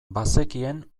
bazekien